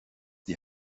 die